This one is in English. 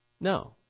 No